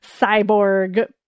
cyborg